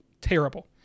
terrible